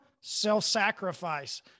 self-sacrifice